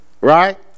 right